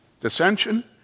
dissension